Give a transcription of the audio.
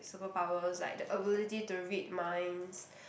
superpowers like the ability to read minds